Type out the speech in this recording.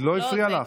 היא לא הפריעה לך.